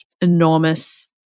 enormous